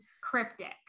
cryptic